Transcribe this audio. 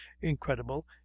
incredible